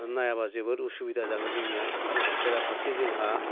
आरो नायाब्ला जोबोद उसुबिदा जागोन जोंनिया आरो बेराफारसे जोंहा